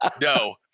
No